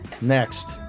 Next